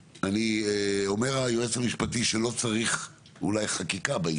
אומר היועץ המשפטי שאולי לא צריך חקיקה בעניין.